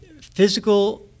physical